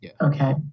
okay